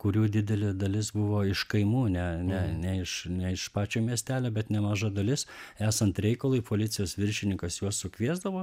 kurių didelė dalis buvo iš kaimų ne ne ne iš ne iš pačio miestelio bet nemaža dalis esant reikalui policijos viršininkas juos sukviesdavo